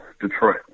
Detroit